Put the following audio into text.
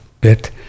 bit